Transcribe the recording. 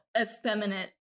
effeminate